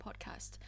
Podcast